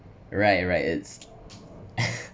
right right it's